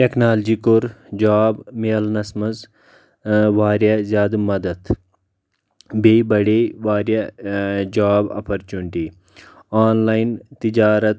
technology کوٚر job مِلنَس منٛز واریاہ زیادٕ مَدد بیٚیہِ بڑے واریاہ جاب اپرچُنٹی آنلایِن تجارت